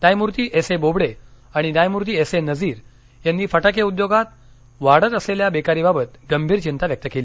न्यायमूर्ती S A Bobde आणि न्यायमूर्ती एस ए नजीर यांनी फटके उद्योगात वाढत असलेल्या बेकारीबाबत गंभीर चिंता व्यक्त केली